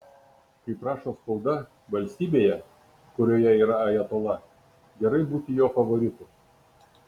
kaip rašo spauda valstybėje kurioje yra ajatola gerai būti jo favoritu